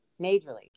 majorly